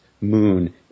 moon